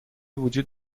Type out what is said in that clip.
وجود